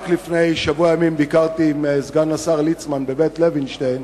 רק לפני שבוע ימים ביקרתי עם סגן השר ליצמן ב"בית לוינשטיין"